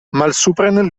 malsupren